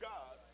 God